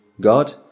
God